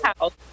house